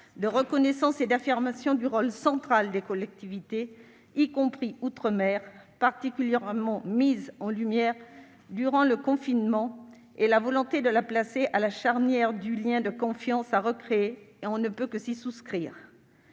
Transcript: de reconnaissance et d'affirmation du rôle central des collectivités, y compris outre-mer, particulièrement mis en lumière durant le confinement, et la volonté de la placer à la charnière du lien de confiance à recréer, ce à quoi on ne peut que souscrire.